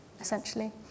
essentially